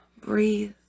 breathe